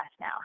now